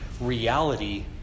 reality